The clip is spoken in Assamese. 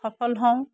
সফল হওঁ